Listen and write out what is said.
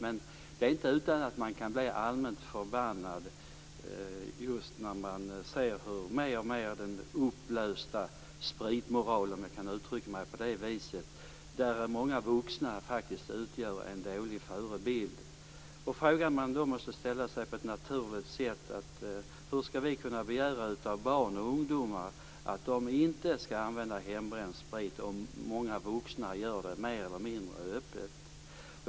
Men man kan bli allmänt förbannad när man mer och mer ser av den upplösta spritmoralen - om jag kan uttrycka mig på det viset - där många vuxna utgör en dålig förebild. Den fråga som då naturligt inställer sig är: Hur skall vi kunna begära av barn och ungdomar att de inte skall använda hembränd sprit om många vuxna gör det mer eller mindre öppet?